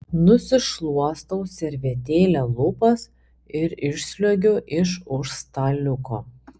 nusišluostau servetėle lūpas ir išsliuogiu iš už staliuko